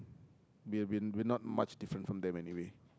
we have been we are not much different from them anyway